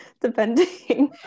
depending